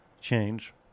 change